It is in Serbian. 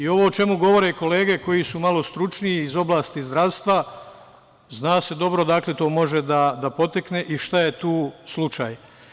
Ovo o čemu govore kolege koji su malo stručniji iz oblasti zdravstva zna se dobro odakle to može da potekne i šta je tu slučaj.